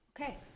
Okay